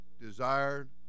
desired